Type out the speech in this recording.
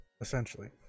essentially